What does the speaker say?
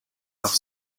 off